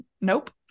nope